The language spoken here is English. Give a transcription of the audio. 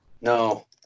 No